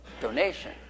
donation